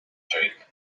drake